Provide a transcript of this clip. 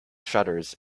shutters